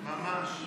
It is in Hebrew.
ממש.